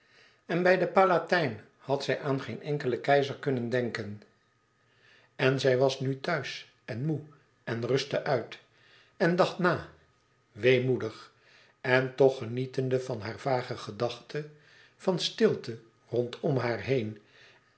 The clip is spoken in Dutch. en bij den palatijn had zij aan geen enkelen keizer kunnen denken en zij was nu thuis en moê en rustte uit en dacht na weemoedig en toch genietende van hare vage gedachten van de stilte rondom haar heen